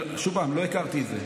שוב, לא הכרתי את זה.